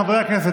חברי הכנסת,